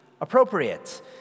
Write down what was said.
appropriate